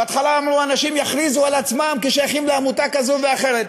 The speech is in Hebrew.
בהתחלה אמרו: אנשים יכריזו על עצמם כשייכים לעמותה כזו ואחרת.